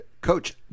coach